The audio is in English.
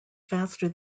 faster